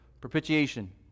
propitiation